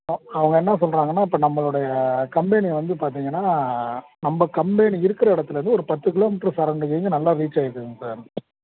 அவ அவங்க என்ன சொல்லுறாங்கன்னா இப்போ நம்மளுடைய கம்பெனி வந்து பார்த்தீங்கன்னா நம்ம கம்பெனி இருக்கிற இடத்துலேருந்து ஒரு பத்து கிலோ மீட்டர் சரௌண்டிங்க்கு நல்லா ரீச் ஆகியிருக்குங்க சார்